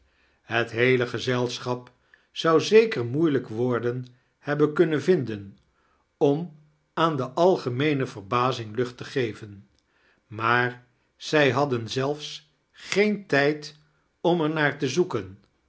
het geheele gezelschap zoii zeker moeilfjk woorden hebben kunnem vinden om aan de algemeene verbazing luoht te geven maar zij hadden zelfs geen tijd om er naar te zoakiein